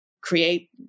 create